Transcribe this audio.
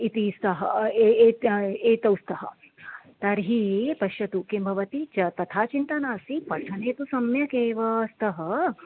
इति सः एतत् एतौ एतौ स्तः तर्हि पश्यतु किं भवती च तथा चिन्ता नास्ति पठने तु सम्यक् एव स्तः